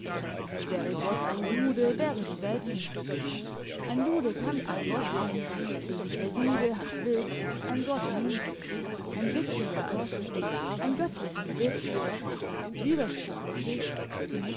wäre gott ein jude wäre die welt nicht ein jude kann kein gott sein der jude hat witz ein gott nie ein witziger gott ein göttlicher witz widerspruch in sich